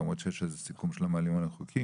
למרות שיש איזה סיכום שלא מעלים היום חוקים.